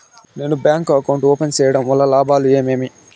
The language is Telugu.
నేను బ్యాంకు అకౌంట్ ఓపెన్ సేయడం వల్ల లాభాలు ఏమేమి?